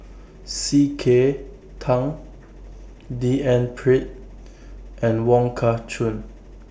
C K Tang D N Pritt and Wong Kah Chun